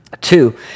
Two